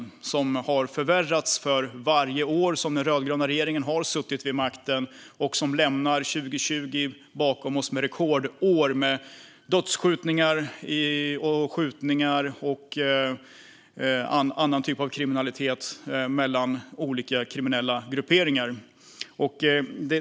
Detta är något som har förvärrats för varje år som den rödgröna regeringen har suttit vid makten och gjort det år vi just lämnat bakom oss, 2020, till ett rekordår för dödsskjutningar, skjutningar och andra typer av kriminalitet mellan olika kriminella grupperingar.